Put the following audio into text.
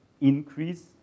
increase